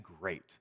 great